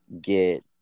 get